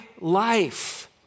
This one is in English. life